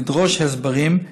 לדרוש הסברים,